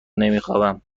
نمیخوابم